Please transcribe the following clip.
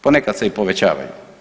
Ponekad se i povećavaju.